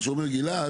מה שאומר גלעד,